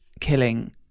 killing